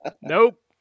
Nope